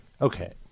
okay